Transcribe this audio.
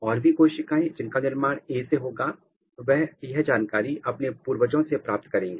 और भी कोशिकाएं जिनका निर्माण ए से होगा वह यह जानकारी अपने पूर्वजों से प्राप्त करेंगे